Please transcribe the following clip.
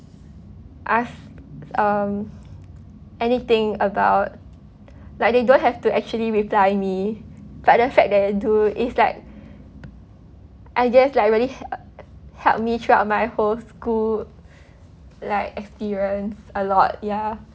ask um anything about like they don't have to actually reply me but the fact that they do is like I guess like really help me throughout my whole school like experience a lot ya